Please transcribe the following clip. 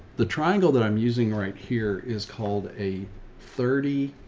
the triangle that i'm using right here is called a thirty,